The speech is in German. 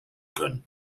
können